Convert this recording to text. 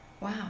wow